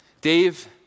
Dave